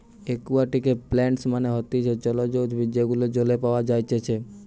একুয়াটিকে প্লান্টস মানে হতিছে জলজ উদ্ভিদ যেগুলো জলে পাওয়া যাইতেছে